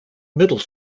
middle